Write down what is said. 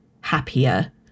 happier